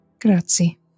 Grazie